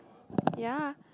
ya